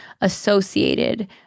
associated